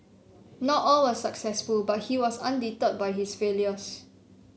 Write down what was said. not all were successful but he was undeterred by his failures